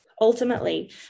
Ultimately